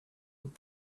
with